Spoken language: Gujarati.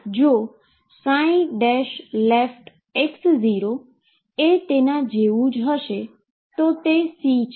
જો leftx0 એ જેવુ જ હશે તો તે C છે